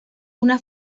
una